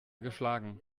geschlagen